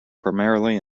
primarily